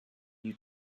you